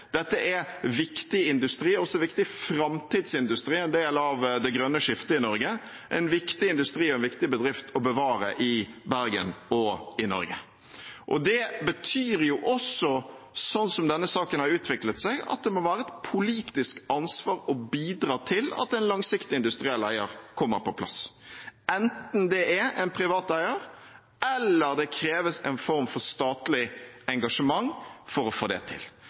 Dette er viktig industri, og det er også en viktig framtidsindustri og en del av det grønne skiftet i Norge. Det er en viktig industri og en viktig bedrift å bevare i Bergen og i Norge. Det betyr også, sånn som denne saken har utviklet seg, at det må være et politisk ansvar å bidra til at en langsiktig industriell eier kommer på plass, enten det er en privat eier, eller det kreves en form for statlig engasjement for å få det til.